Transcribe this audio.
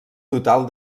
total